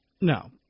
No